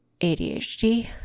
ADHD